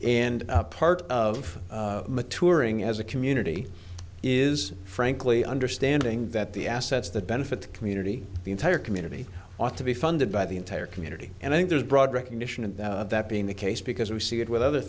and part of maturing as a community is frankly understanding that the assets that benefit the community the entire community ought to be funded by the entire community and i think there's broad recognition of that being the case because we see it with other